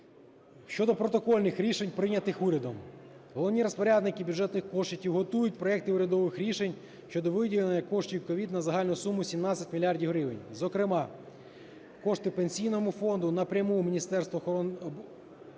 Щодо протокольних рішень, прийнятих урядом. Головні розпорядники бюджетних коштів готують проекти урядових рішень щодо виділення коштів COVID на загальну суму 17 мільярдів гривень. Зокрема, кошти Пенсійному фонду, напряму Міністерству охорони